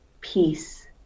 peace